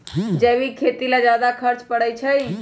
जैविक खेती ला ज्यादा खर्च पड़छई?